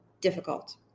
difficult